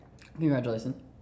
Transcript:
congratulations